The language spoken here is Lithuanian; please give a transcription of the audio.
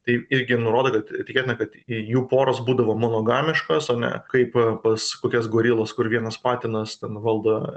tai irgi nurodo kad tikėtina kad jų poros būdavo monogamiškos o ne kaip pas kokias gorilas kur vienas patinas ten valdo